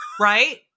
Right